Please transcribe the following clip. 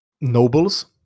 nobles